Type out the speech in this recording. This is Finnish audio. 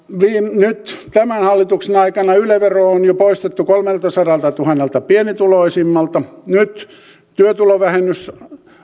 nyt tämän hallituksen aikana yle vero on jo poistettu kolmeltasadaltatuhannelta pienituloisimmalta nyt työtulovähennystä